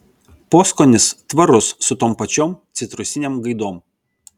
poskonis tvarus su tom pačiom citrusinėm gaidom